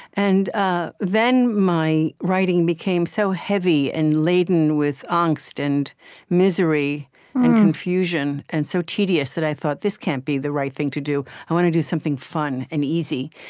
ah then my writing became so heavy and laden with angst and misery and confusion, and so tedious that i thought, this can't be the right thing to do. i want to do something fun and easy,